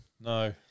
No